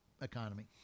economy